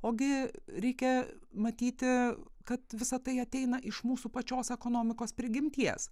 ogi reikia matyti kad visa tai ateina iš mūsų pačios ekonomikos prigimties